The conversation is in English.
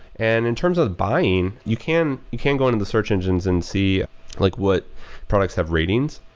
and in terms of buying, you can you can go into the search engines and see like what products have ratings.